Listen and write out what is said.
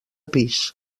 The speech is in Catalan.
pis